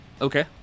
Okay